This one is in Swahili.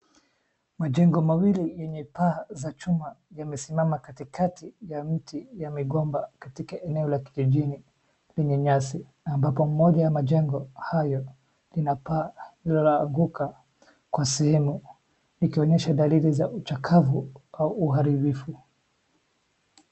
Majengo mawili yenye paa za chuma yamesimama katikati ya mti wa migomba katika eneo la kijijini lenye nyasi ambapo moja ya majengo hayo linakaa lililoanguka kwa sehemu likonyesha dalili za uchakavu au uharibifu.